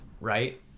right